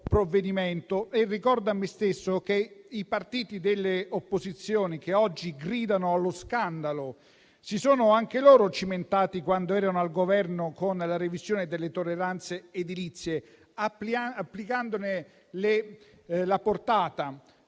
Ricordo a me stesso che i partiti delle opposizioni, che oggi gridano allo scandalo, si sono anche loro cimentati, quando erano al Governo, con la revisione delle tolleranze edilizie, ampliandone la portata.